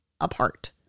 apart